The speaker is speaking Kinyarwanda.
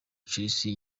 chelsea